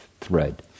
thread